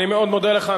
אני מאוד מודה לך.